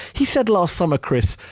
he said last summer, chris,